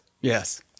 Yes